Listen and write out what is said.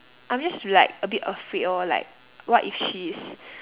I'm just like a bit afraid lor like what if she is